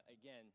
again